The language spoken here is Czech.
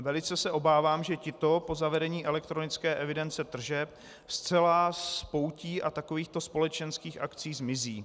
Velice se obávám, že tito po zavedení elektronické evidence tržeb zcela z poutí a takovýchto společenských akcí zmizí.